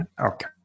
okay